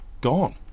gone